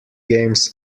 games